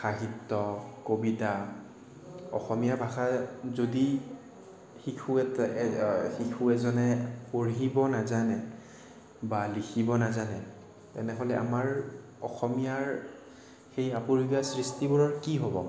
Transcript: সাহিত্য় কবিতা অসমীয়া ভাষাৰ যদি শিশু শিশু এজনে পঢ়িব নাজানে বা লিখিব নাজানে তেনেহ'লে আমাৰ অসমীয়াৰ সেই আপুৰুগীয়া সৃষ্টিবোৰৰ কি হ'ব